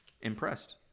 impressed